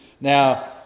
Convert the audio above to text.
Now